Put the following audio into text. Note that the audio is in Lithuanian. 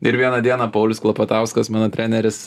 ir vieną dieną paulius klapatauskas mano treneris